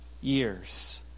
years